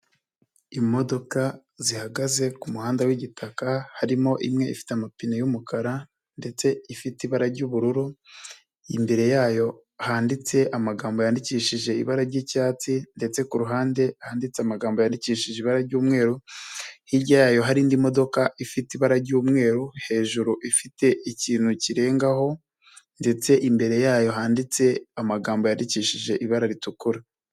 Imodoka zihagaze ku muhanda w'igitaka harimo imwe ifite amapine y'umukara ndetse ifite ibara ry'ubururu, imbere yayo handitse amagambo yandikishije ibara ry'icyatsi ndetse ku ruhande handitse amagambo yandikishije ibara ry'umweru, hirya yayo hari indi modoka ifite ibara ry'umweru hejuru ifite ikintu kirengaho ndetse imbere yayo handitse amagambo yandikishije ibara ritukura.